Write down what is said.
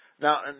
Now